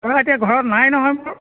ল'ৰা এতিয়া ঘৰত নাই নহয় মোৰ